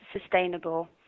sustainable